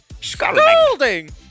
scalding